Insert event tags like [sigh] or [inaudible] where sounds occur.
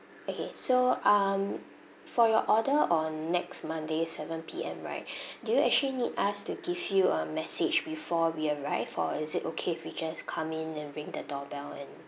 okay so um for your order on next monday seven P_M right [breath] do you actually need us to give you a message before we arrive or is it okay if we just come in and ring the doorbell and